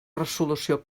resolució